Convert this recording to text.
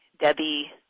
Debbie